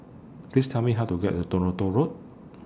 Please Tell Me How to get to Toronto Road